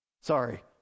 Sorry